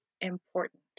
important